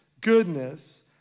goodness